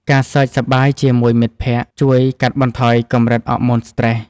ការសើចសប្បាយជាមួយមិត្តភក្តិ ជួយកាត់បន្ថយកម្រិតអរម៉ូនស្ត្រេស។